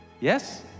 Yes